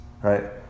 right